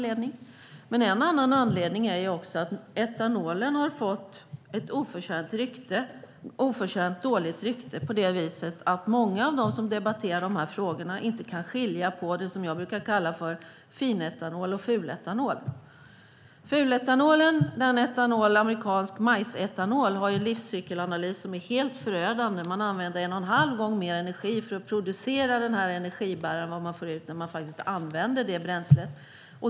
En annan anledning är att etanol har fått ett oförtjänt dåligt rykte. Det beror på att många av dem som debatterar de här frågorna inte kan skilja på det som jag brukar kalla finetanol och fuletanol. Fuletanol, amerikansk majsetanol, har en livscykelanalys som är helt förödande. Man använder en och en halv gång mer energi för att producera den energibäraren än man får ut när man använder bränslet.